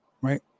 Right